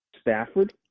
Stafford